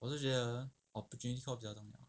我是觉得 opportunity cost 比较重要